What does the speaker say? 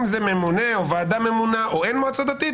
אם זה ממונה או ועדה ממונה או אין מועצה דתית,